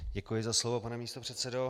Děkuji za slovo, pane místopředsedo.